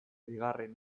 bigarren